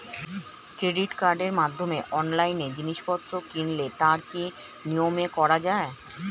Credit কার্ডের মাধ্যমে অনলাইনে জিনিসপত্র কিনলে তার কি নিয়মে করা যায়?